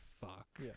fuck